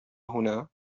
هنا